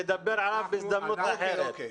נדבר עליו בהזדמנות אחרת.